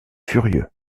furieux